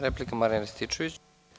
Replika, Marijan Rističević.